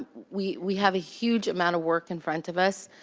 we we have a huge amount of work in front of us.